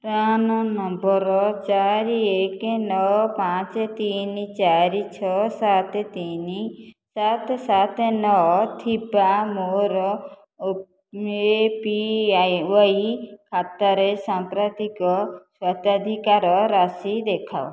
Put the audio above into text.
PRAN number ଚାରି ଏକ ନଅ ପାଞ୍ଚ ତିନି ଚାରି ଛଅ ସାତ ତିନି ସାତ ସାତ ନଅ ଥିବା ମୋର ଏପିଆଇୱାଇ ଖାତାରେ ସାମ୍ପ୍ରତିକ ସ୍ୱତ୍ଵାଧିକାର ରାଶି ଦେଖାଅ